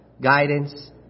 Guidance